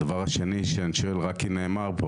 הדבר השני שאני שואל רק כי נאמר,